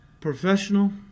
professional